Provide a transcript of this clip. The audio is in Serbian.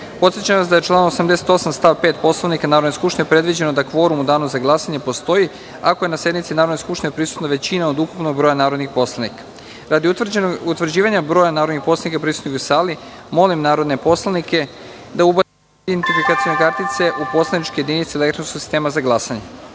vas da je članom 88. stav 5. Poslovnika Narodne skupštine predviđeno da kvorum u Danu za glasanje postoji ako je na sednici Narodne skupštine prisutna većina od ukupnog broja narodnih poslanika. Radi utvrđivanja broja narodnih poslanika prisutnih u sali, molim narodne poslanike da ubace svoje identifikacione kartice u poslaničke jedinice elektronskog sistema za